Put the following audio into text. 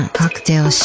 cocktail